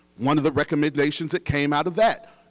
one of the recommendations that came out of that,